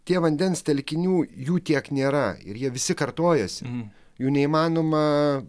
tie vandens telkinių jų tiek nėra ir jie visi kartojasi jų neįmanoma